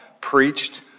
preached